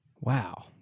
Wow